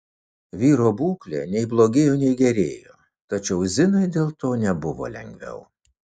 vyro būklė nei blogėjo nei gerėjo tačiau zinai dėl to nebuvo lengviau